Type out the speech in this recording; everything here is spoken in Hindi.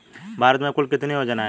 भारत में कुल कितनी योजनाएं हैं?